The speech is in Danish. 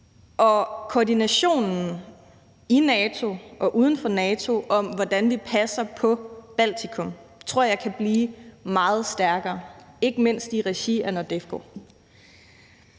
Og koordinationen i NATO og uden for NATO om, hvordan vi passer på Baltikum, tror jeg kan blive meget stærkere, ikke mindst i regi af NORDEFCO.